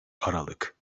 aralık